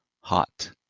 hot